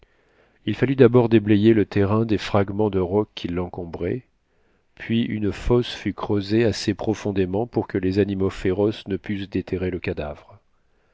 il fallut d'abord déblayer le terrain des fragments de roc qui l'encombraient puis une fosse fut creusée assez profondément pour que les animaux féroces ne pussent déterrer le cadavre